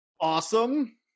Awesome